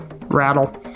rattle